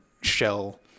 shell